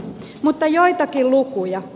mutta joitakin lukuja